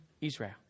Israel